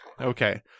Okay